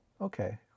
Okay